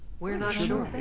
we are not sure.